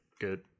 good